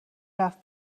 رفت